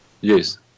Yes